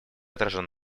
отражен